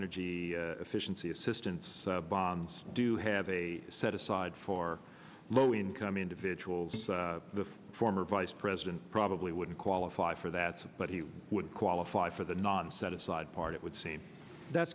energy efficiency assistance bonds do have a set aside for low income individuals the former vice president probably wouldn't qualify for that but he would qualify for the non set aside part it would seem that